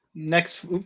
Next